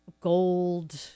gold